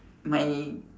my